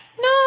No